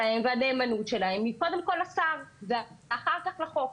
והנאמנות שלהם היא קודם כל לשר ואחר כך לחוק.